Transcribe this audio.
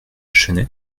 chennai